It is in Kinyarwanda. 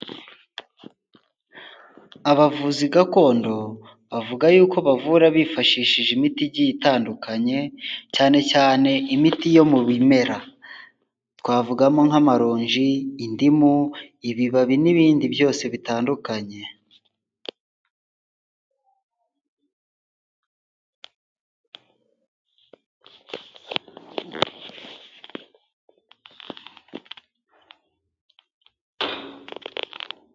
Abavuzi gakondo bavuga yuko bavura bifashishije imiti igiye itandukanye, cyane cyane imiti yo mu bimera, twavugamo nk'amaronji, indimu, ibibabi n'ibindi byose bitandukanye.